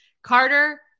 Carter